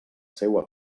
seua